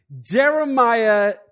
Jeremiah